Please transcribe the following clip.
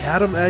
Adam